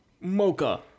mocha